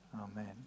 Amen